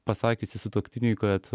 pasakiusi sutuoktiniui kad